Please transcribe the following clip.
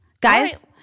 Guys